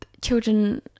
children